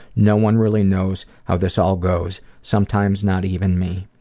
no one really knows how this all goes, sometimes not even me.